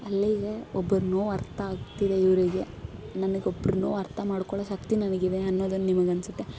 ಅಲ್ಲಿಗೇ ಒಬ್ಬರ ನೋವು ಅರ್ಥ ಆಗ್ತಿದೆ ಇವರಿಗೆ ನನಗೆ ಒಬ್ರು ನೋವು ಅರ್ಥ ಮಾಡ್ಕೊಳ್ಳೋ ಶಕ್ತಿ ನನಗಿದೆ ಅನ್ನೋದನ್ನ ನಿಮಗನ್ನಿಸುತ್ತೆ